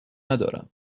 ندارم